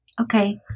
Okay